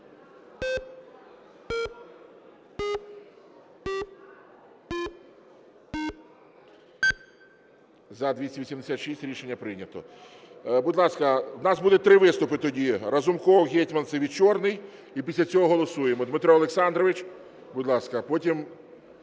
За-286 Рішення прийнято. Будь ласка, у нас будуть три виступи тоді: Разумков, Гетманцев і Чорний. І після цього голосуємо. Дмитре Олександровичу, будь ласка,